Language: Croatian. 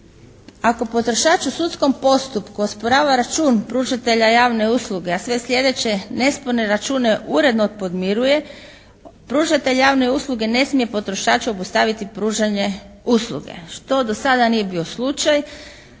ako potrošač u sudskom postupku osporava račun pružatelja javne usluge a sve slijedeće nesporne račune uredno podmiruje pružatelj javne usluge ne smije potrošaču obustaviti pružanje usluge što do sada nije bio slučaj,